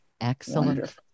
Excellent